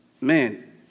man